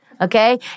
okay